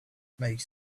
makes